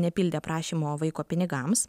nepildė prašymo vaiko pinigams